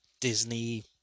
Disney